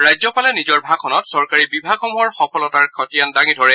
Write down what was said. ৰাজ্যপালে নিজৰ ভাষণত চৰকাৰী বিভাগসমূহৰ সফলতাৰ খতিয়ান দাঙি ধৰে